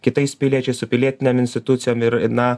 kitais piliečiais su pilietinėm institucijom ir na